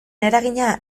eragina